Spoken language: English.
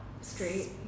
straight